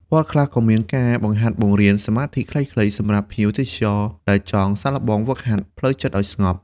វត្តខ្លះក៏មានការបង្ហាត់បង្រៀនសមាធិខ្លីៗសម្រាប់ភ្ញៀវទេសចរ ដែលចង់សាកល្បងហ្វឹកហាត់ផ្លូវចិត្តឱ្យស្ងប់។